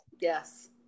yes